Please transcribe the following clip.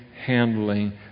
handling